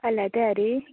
फाल्यां तयारी